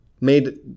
made